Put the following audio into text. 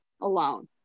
alone